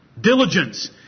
Diligence